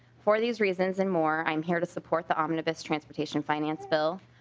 for these reasons and more i'm here to support the omnibus transportation finance bill.